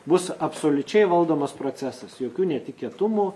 bus absoliučiai valdomas procesas jokių netikėtumų